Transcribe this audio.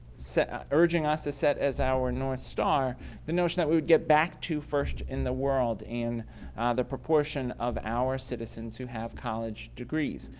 set ah urging us to set as our north star the notion that we would get back to first in the world and the proportion of our citizens who have college degrees.